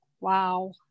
Wow